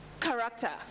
character